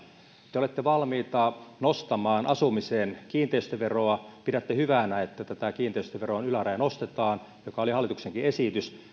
te olette valmiita nostamaan asumisen kiinteistöveroa ja pidätte hyvänä että tätä kiinteistöveron ylärajaa nostetaan joka oli hallituksenkin esitys